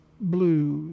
Blue